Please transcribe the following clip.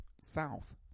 south